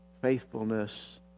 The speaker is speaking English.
faithfulness